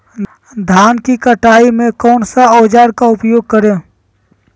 धान की कटाई में कौन सा औजार का उपयोग करे?